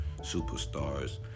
superstars